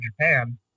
Japan